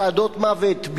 צעדות מוות,